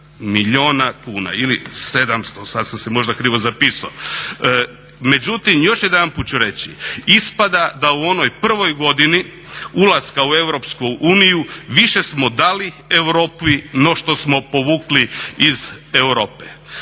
milijuna kuna ili 700. Sad sam si možda krivo zapisao. Međutim, još jedanput ću reći. Ispada da u onoj prvoj godini ulaska u EU više smo dali Europi, no što smo povukli iz Europe.